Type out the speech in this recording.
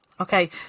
Okay